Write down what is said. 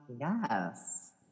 yes